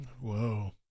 whoa